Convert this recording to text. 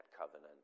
covenant